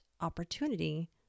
opportunity